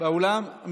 באולם?